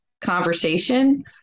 conversation